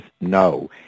no